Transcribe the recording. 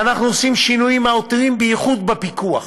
ואנחנו עושים שינויים מהותיים, בייחוד בפיקוח,